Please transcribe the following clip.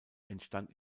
entstand